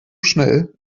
schnell